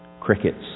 Crickets